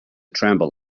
tremble